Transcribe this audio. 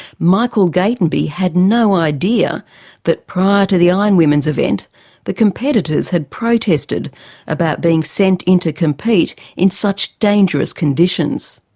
michael gatenby had no idea that prior to the ironwomen's event the competitors had protested about being sent in to compete in such dangerous conditions.